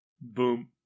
Boom